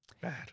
Bad